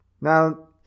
Now